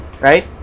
right